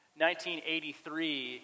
1983